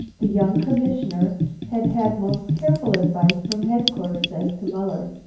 the young commissioner had had most careful advice from headquarters as to muller,